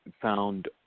found